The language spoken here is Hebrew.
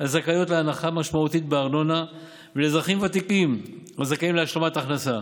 הזכאיות להנחה משמעותית בארנונה ולאזרחים ותיקים הזכאים להשלמת הכנסה,